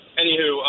anywho